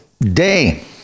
day